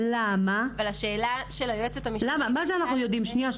אבל השאלה של היועצת המשפטית --- מה זה "אנחנו יודעים"?